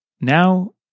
Now